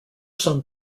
some